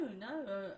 no